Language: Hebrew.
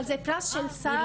אבל זה פרס של שר.